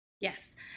yes